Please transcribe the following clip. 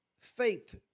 faith